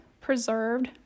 preserved